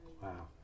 Wow